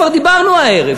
כבר דיברנו הערב,